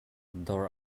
dawr